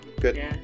Good